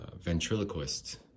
Ventriloquist